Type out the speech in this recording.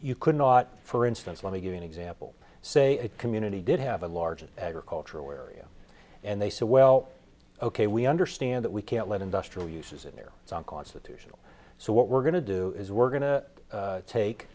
you could not for instance let me give you an example say a community did have a large agricultural area and they said well ok we understand that we can't let industrial uses in there it's unconstitutional so what we're going to do is we're going to take